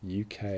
UK